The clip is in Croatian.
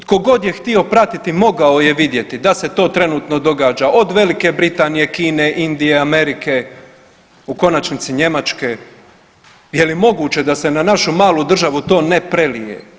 Tko god je htio pratiti, mogao je vidjeti da se trenutno događa, od Velike Britanije, Kine, Indije, Amerike, u konačnici, Njemačke, je li moguće da se na našu malu državu to ne prelije?